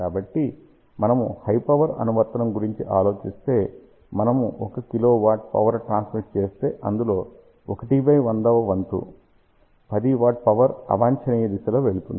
కాబట్టి మనము high power అనువర్తనం గురించి ఆలోచిస్తే మనము 1 kW పవర్ ట్రాన్స్మిట్ చేస్తే అందులో 1100 వ వంతు 10 W పవర్ అవాంఛనీయ దిశలో వెళుతుంది